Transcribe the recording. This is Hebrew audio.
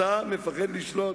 אתה מפחד לשלוט,